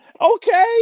Okay